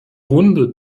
runde